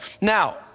Now